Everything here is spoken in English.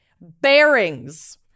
Bearings